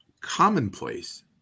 commonplace